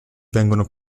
vengono